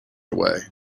away